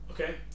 Okay